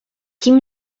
kim